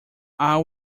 are